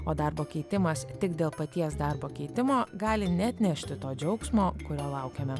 o darbo keitimas tik dėl paties darbo keitimo gali neatnešti to džiaugsmo kurio laukiame